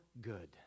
good